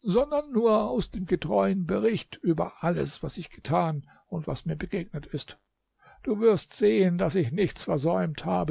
sondern nur aus dem getreuen bericht über alles was ich getan und was mir begegnet ist du wirst sehen daß ich nichts versäumt habe